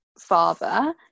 father